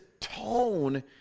tone